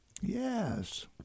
Yes